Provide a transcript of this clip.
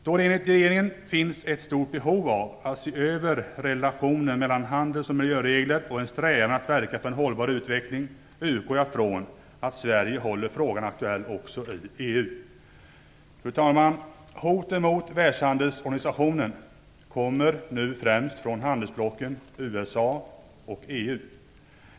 Då det enligt regeringen finns ett stort behov av att se över relationen mellan handels och miljöregler och en strävan att verka för en hållbar utveckling utgår jag ifrån att Sverige håller frågan aktuell även i EU. Fru talman! Hoten mot Världshandelsorganisationen kommer nu främst från handelsblocken USA och EU.